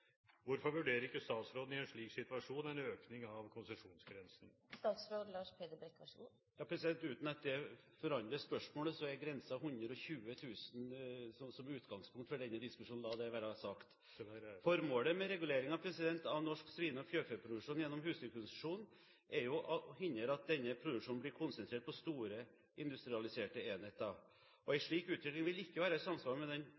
Hvorfor vurderer ikke statsråden i en slik situasjon en økning av konsesjonsgrensen?» Uten at det forandrer spørsmålet, så er grensen 120 000 som utgangspunkt for denne diskusjonen. La det være sagt. Formålet med reguleringen av norsk svine- og fjørfeproduksjon gjennom husdyrkonsesjon er å hindre at denne produksjonen blir konsentrert på store industrialiserte enheter. En slik utvikling vil ikke være i samsvar med den